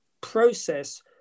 process